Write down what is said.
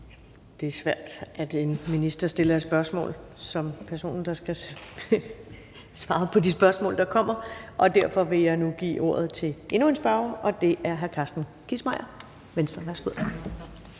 Det er svært, når en minister stiller et spørgsmål og personen, der skal svare på det spørgsmål, ikke kan svare. Men jeg vil nu give ordet til endnu en spørger, og det er hr. Carsten Kissmeyer, Venstre.